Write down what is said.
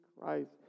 Christ